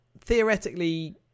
theoretically